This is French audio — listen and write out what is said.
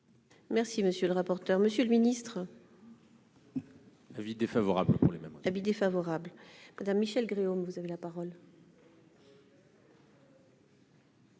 Merci, monsieur le rapporteur, monsieur le ministre. Avis défavorable pour les mêmes habits défavorable madame Michelle Gréaume, vous avez la parole.